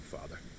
Father